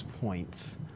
points